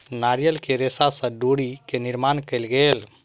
नारियल के रेशा से डोरी के निर्माण कयल गेल